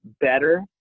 better